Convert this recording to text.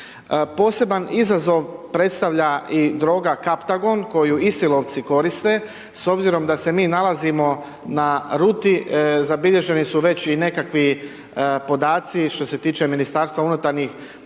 Poseban izazov predstavlja i droga kaptagon koju Isilovci koriste s obzirom da se mi nalazimo na ruti, zabilježeni su već i nekakvi podaci što se tiče Ministarstva unutarnjih poslova